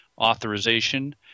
authorization